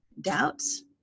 doubts